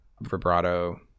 vibrato